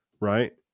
right